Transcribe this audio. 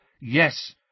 yes